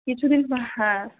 কিছুদিন হ্যাঁ